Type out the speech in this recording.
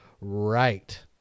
right